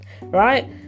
right